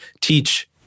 teach